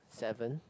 seven